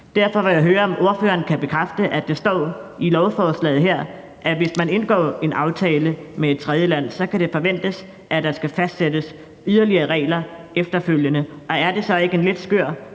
Derfor vil jeg høre, om ordføreren kan bekræfte, at der i lovforslaget her står, at det, hvis man indgår en aftale med et tredjeland, så kan forventes, at der skal fastsættes yderligere regler efterfølgende. Og om det så ikke er en lidt skør